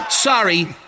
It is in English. Sorry